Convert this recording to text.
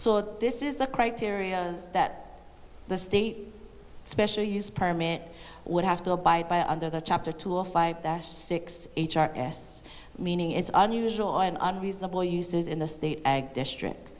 so this is the criteria that the state special use permit would have to abide by under the chapter two a five six h r s meaning is unusual and on reasonable uses in the state ag district